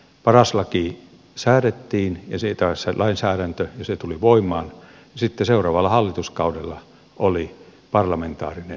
paras laki ja siihen liittyvä lainsäädäntö säädettiin ja se tuli voimaan ja sitten seuraavalla hallituskaudella oli parlamentaarinen seurantaryhmä